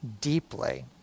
deeply